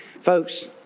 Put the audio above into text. Folks